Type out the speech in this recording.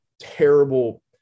terrible